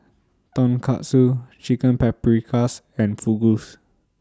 Tonkatsu Chicken Paprikas and Fugu's